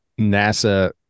NASA